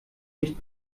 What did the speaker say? nicht